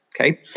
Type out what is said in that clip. Okay